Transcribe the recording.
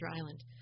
Island